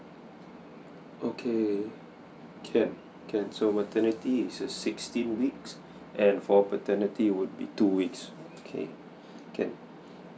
okay can can so maternity it's a sixteen weeks and for paternity would be two weeks okay can